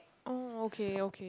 oh okay okay